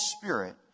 spirit